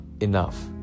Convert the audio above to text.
enough